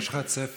יש לך צפי?